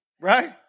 Right